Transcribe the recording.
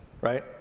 right